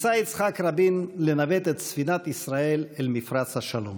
ניסה יצחק רבין לנווט את ספינת ישראל אל מפרץ השלום.